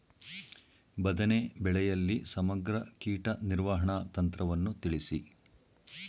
ಬದನೆ ಬೆಳೆಯಲ್ಲಿ ಸಮಗ್ರ ಕೀಟ ನಿರ್ವಹಣಾ ತಂತ್ರವನ್ನು ತಿಳಿಸಿ?